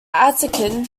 atkin